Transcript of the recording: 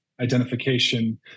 identification